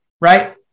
Right